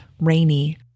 rainy